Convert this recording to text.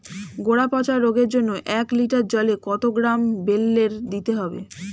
গোড়া পচা রোগের জন্য এক লিটার জলে কত গ্রাম বেল্লের দিতে হবে?